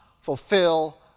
fulfill